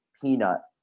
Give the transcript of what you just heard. Peanut